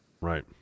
right